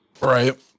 right